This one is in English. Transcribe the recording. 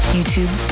YouTube